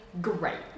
great